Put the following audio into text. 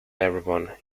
everyone